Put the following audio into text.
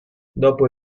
dopo